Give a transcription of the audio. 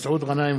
מסעוד גנאים,